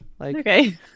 Okay